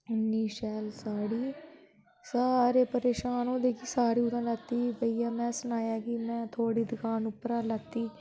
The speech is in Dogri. इन्नी शैल साड़ी सारे परेशान होए दे कि साड़ी कुत्थां लैती भैया में सनाया कि में थुआढ़ी दकान उप्परा लैती